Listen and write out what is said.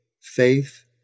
faith